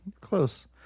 Close